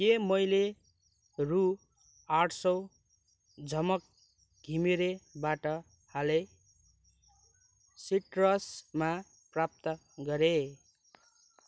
के मैले रु आठ सौ झमक घिमिरेबाट हालै सिट्रसमा प्राप्त गरेँ